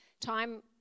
time